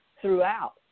throughout